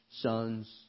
sons